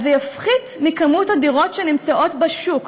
אז זה יפחית ממספר הדירות שנמצאות בשוק,